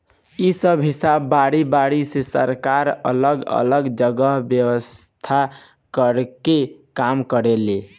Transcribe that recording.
इ सब हिसाब बारी बारी से सरकार अलग अलग जगह व्यवस्था कर के काम करेले